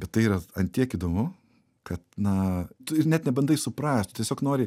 bet tai yra ant tiek įdomu kad na tu ir net nebandai suprast tu tiesiog nori